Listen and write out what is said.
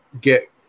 get